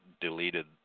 deleted